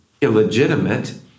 illegitimate